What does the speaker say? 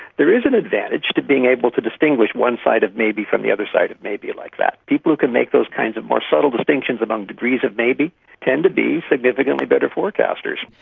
there is an advantage to being able to distinguish one side of maybe from the other side of maybe like that. people who can make those kinds of more subtle distinctions among degrees of maybe tend to be significantly better forecasters.